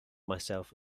myself